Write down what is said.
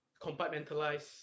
compartmentalize